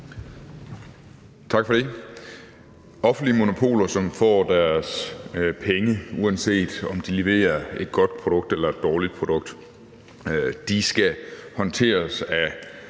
Tak for det. Offentlige monopoler, som får deres penge, uanset om de leverer et godt produkt eller et dårligt produkt, skal håndteres af